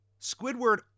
Squidward